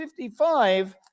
55